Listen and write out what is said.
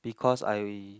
because I